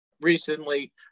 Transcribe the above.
recently